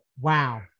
Wow